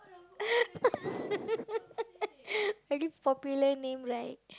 very popular name right